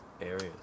areas